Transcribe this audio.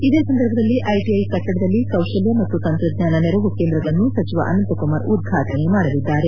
ಇದೇ ಸಂದರ್ಭದಲ್ಲಿ ಐಟಐ ಕಟ್ಟಡದಲ್ಲಿ ಕೌಶಲ್ಯ ಮತ್ತು ತಂತ್ರಜ್ಞಾನ ನೆರವು ಕೇಂದ್ರವನ್ನು ಸಚಿವ ಅನಂತಕುಮಾರ್ ಉದ್ವಾಟನೆ ಮಾಡಲಿದ್ದಾರೆ